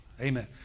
Amen